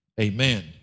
amen